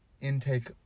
intake